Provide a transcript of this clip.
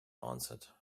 answered